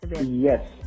Yes